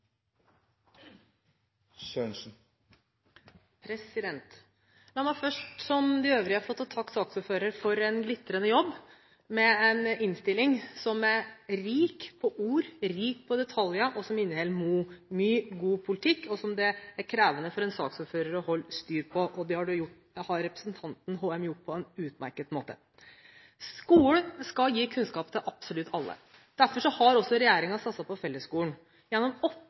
La meg først, som de øvrige, få lov til å takke saksordføreren for en glitrende jobb med en innstilling som er rik på ord, rik på detaljer, som inneholder mye god politikk, og som det er krevende for en saksordfører å holde styr på. Det har representanten Håheim gjort på en utmerket måte. Skolen skal gi kunnskap til absolutt alle. Derfor har regjeringen satset på fellesskolen. Gjennom åtte år i regjering har vi jobbet systematisk for å